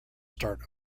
start